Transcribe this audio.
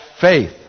faith